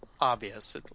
obvious